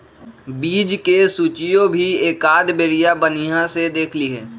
बीज के सूचियो भी एकाद बेरिया बनिहा से देख लीहे